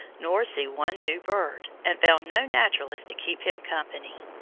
nor see one new bird, and found no naturalist to keep him company.